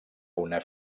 una